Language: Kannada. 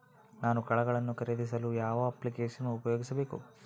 ನಾನು ಕಾಳುಗಳನ್ನು ಖರೇದಿಸಲು ಯಾವ ಅಪ್ಲಿಕೇಶನ್ ಉಪಯೋಗಿಸಬೇಕು?